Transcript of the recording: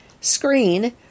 screen